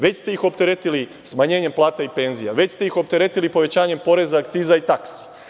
Već ste ih opteretili smanjenjem plata i penzija, već ste ih opteretili povećanjem poreza, akciza i taksi.